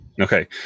Okay